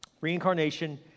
Reincarnation